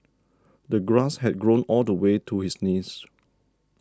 the grass had grown all the way to his knees